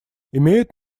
имеют